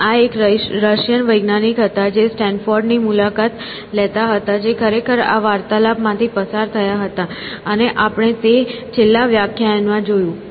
અને આ એક રશિયન વૈજ્ઞાનિક હતા જે સ્ટેનફોર્ડ ની મુલાકાત લેતા હતા જે ખરેખર આ વાર્તાલાપ માંથી પસાર થયા હતા અને આપણે તે છેલ્લા વ્યાખ્યાયનમાં જોયું